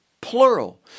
plural